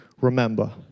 remember